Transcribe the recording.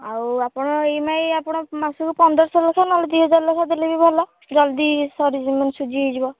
ଆଉ ଆପଣ E M I ଆପଣ ମାସକୁ ପନ୍ଦରଶହ ଲେଖାଁ ନହେଲେ ଦୁଇ ହଜାର ଲେଖାଁ ଦେଲେ ବି ଭଲ ହବ ଜଲ୍ଦି ମାନେ ସୁଜି ହେଇଯିବ